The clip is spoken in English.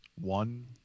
one